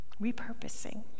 Repurposing